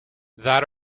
that